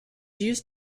used